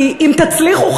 כי אם תצליחו,